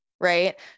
Right